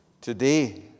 today